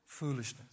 Foolishness